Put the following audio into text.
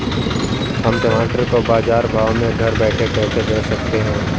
हम टमाटर को बाजार भाव में घर बैठे कैसे बेच सकते हैं?